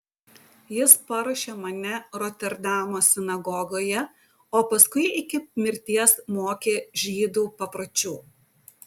jis paruošė mane roterdamo sinagogoje o paskui iki mirties mokė žydų papročių